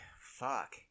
fuck